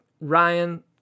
Ryan